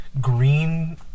green